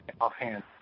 offhand